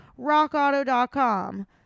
rockauto.com